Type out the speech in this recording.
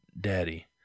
daddy